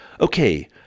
Okay